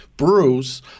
Bruce